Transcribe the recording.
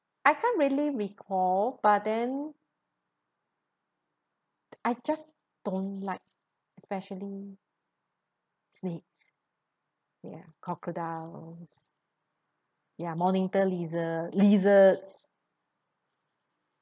I can't really recall but then I just don't like especially snakes ya crocodiles ya monitor lizard lizards